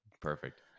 perfect